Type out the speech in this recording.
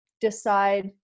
Decide